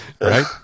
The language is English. Right